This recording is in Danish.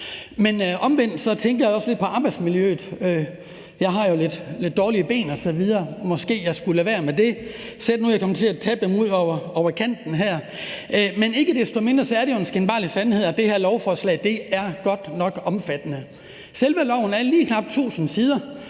men omvendt tænker jeg også lidt på arbejdsmiljøet. Jeg har jo lidt dårlige ben osv., så måske skulle jeg lade være med det. Sæt nu, jeg kom til at tabe dem ud over talerstolens kant. Men ikke desto mindre er det jo den skinbarlige sandhed, at det her lovforslag godt nok er omfattende. Selve lovforslaget er på lige knap 1.000 sider,